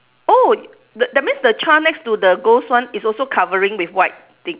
oh th~ that means the child next to the ghost one is also covering with white thing